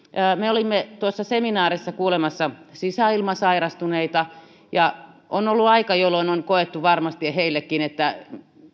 me olimme tuossa seminaarissa kuulemassa sisäilmasairastuneita ja on ollut aika jolloin on koettu varmasti heistäkin että